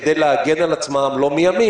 כדי להגן על עצמם לא מימין,